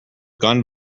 gone